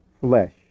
flesh